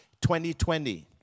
2020